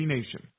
Nation